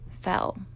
fell